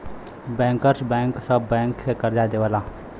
bankers bank सब bank के करजा देवला